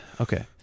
Okay